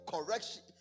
correction